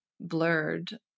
blurred